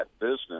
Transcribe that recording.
business